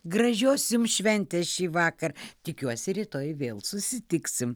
gražios jums šventės šįvakar tikiuosi rytoj vėl susitiksim